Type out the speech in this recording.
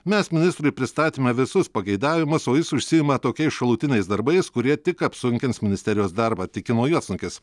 mes ministrui pristatėmė visus pageidavimus o jis užsiima tokiais šalutiniais darbais kurie tik apsunkins ministerijos darbą tikino juodsnukis